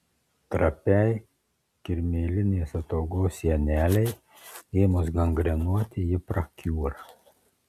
trapiai kirmėlinės ataugos sienelei ėmus gangrenuoti ji prakiūra